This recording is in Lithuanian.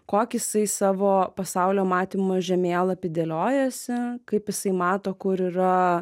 kokį jisai savo pasaulio matymą žemėlapį dėliojasi kaip jisai mato kur yra